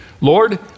Lord